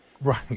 Right